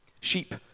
Sheep